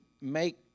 make